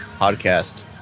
podcast